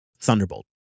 Thunderbolt